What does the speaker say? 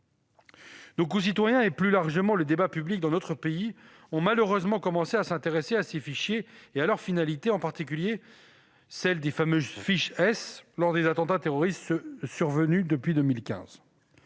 Nos concitoyens et, plus largement, les acteurs du débat public dans notre pays n'ont malheureusement commencé à s'intéresser à ces fichiers et à leur finalité, en particulier celle des fameuses « fiches S », qu'à la suite des attentats terroristes survenus depuis 2015.